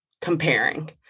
comparing